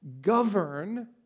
Govern